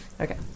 Okay